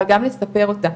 אבל גם לספר אותה.